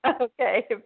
Okay